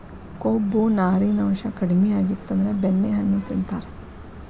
ಕೊಬ್ಬು, ನಾರಿನಾಂಶಾ ಕಡಿಮಿ ಆಗಿತ್ತಂದ್ರ ಬೆಣ್ಣೆಹಣ್ಣು ತಿಂತಾರ